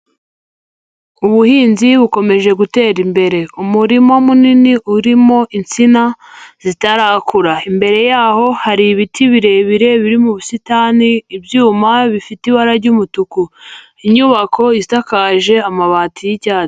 Ubuhinzi bukomeje gutera imbere. Umurima munini urimo insina zitarakura, imbere y'aho hari ibiti birebire biri mu busitani, ibyuma bifite ibara ry'umutuku, inyubako isakaje amabati y'icyatsi.